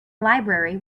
library